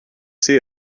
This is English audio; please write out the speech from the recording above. see